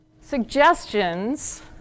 suggestions